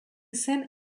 zen